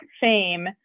fame